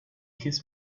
kiss